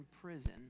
prison